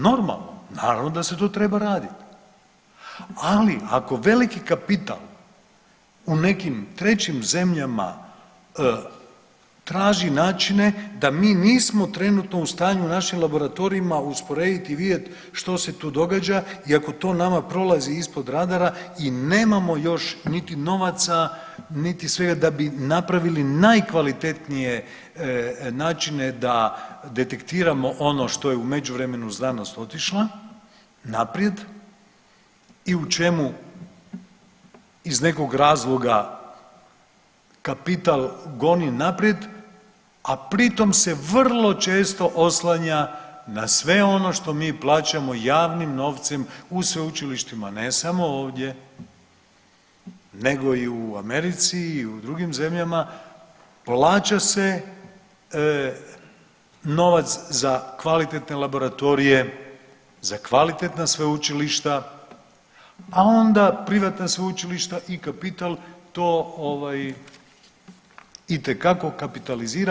Normalno, naravno da se to treba raditi, ali ako veliki kapital u nekim trećim zemljama traži načine da mi nismo trenutno u stanju u našim laboratorijima usporedit i vidjet što se tu događa i ako to nama prolazi ispod radara i nemamo još niti novaca, niti svega da bi napravili najkvalitetnije načine da detektiramo ono što je u međuvremenu znanost otišla naprijed i u čemu iz nekog razloga kapital goni naprijed, a pritom se vrlo često oslanja na sve ono što mi plaćamo javnim novcem u sveučilištima ne samo ovdje nego i u Americi i u drugim zemljama, plaća se novac za kvalitetne laboratorije, za kvalitetna sveučilišta, a onda privatna sveučilišta i kapital to ovaj itekako kapitalizira.